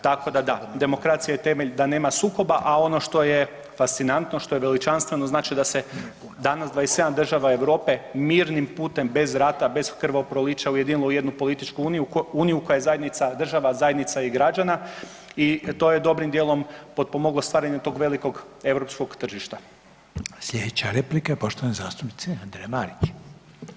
Tako da da, demokracija je temelj da nema sukoba a ono što je fascinantno, što je veličanstveno, znači da se danas 27 država Europe, mirnim putem bez rata, bez krvoprolića ujedinilo u jednu političku uniju koja je zajednica država, zajednica i građana i to je dobrim djelom potpomoglo stvaranju tog velikog europskog tržišta.